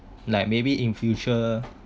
like maybe in future